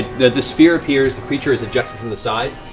the the sphere appears. the creature is ejected from the side